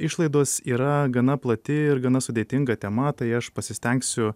išlaidos yra gana plati ir gana sudėtinga tema tai aš pasistengsiu